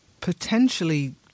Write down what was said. potentially